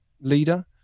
leader